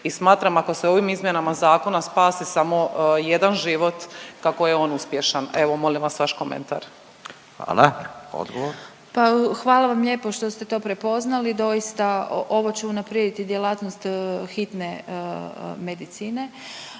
i smatram ako se ovim izmjenama zakona spasi samo jedan život kako je on uspješan. Evo molim vas vaš komentar. **Radin, Furio (Nezavisni)** Hvala. Odgovor. **Bubaš, Marija** Pa hvala vam lijepa što ste to prepoznali. Doista ovo će unaprijediti djelatnost hitne medicine